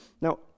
Now